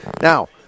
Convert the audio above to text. Now